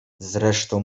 zresztą